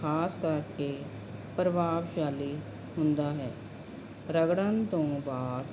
ਖਾਸ ਕਰਕੇ ਪ੍ਰਭਾਵਸ਼ਾਲੀ ਹੁੰਦਾ ਹੈ ਰਗੜਨ ਤੋਂ ਬਾਅਦ